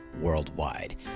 worldwide